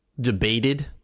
debated